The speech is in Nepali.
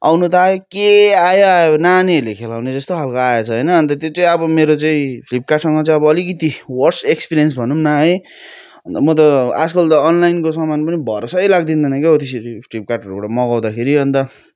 आउनु त आयो के आयो आयो नानीहरूले खेलाउने जस्तो खाले आएछ होइन अन्त त्यो चाहिँ अब मेरो चाहिँ फ्लिपकार्टसँग चाहिँ अब अलिकिति वर्स्ट एक्सपिरियन्स भनौँ न है अन्त म त आजकल त अनलाइनको सामान पनि भरोसा लागिदिँदैन के हौ त्यसरी फ्लिपकार्टहरूबाट मगाउँदाखेरि अन्त